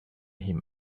him